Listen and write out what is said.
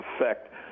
effect